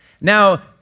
Now